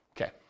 Okay